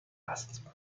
هست